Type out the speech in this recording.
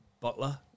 Butler